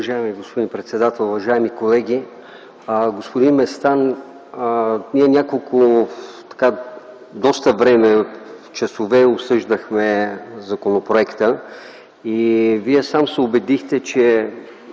Уважаеми господин председател, уважаеми колеги, господин Местан! Ние доста време, с часове, обсъждахме законопроекта и Вие сам се убедихте от